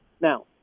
now